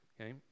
Okay